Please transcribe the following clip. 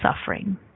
suffering